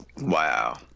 Wow